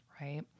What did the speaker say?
right